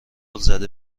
زده